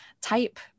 type